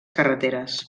carreteres